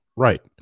right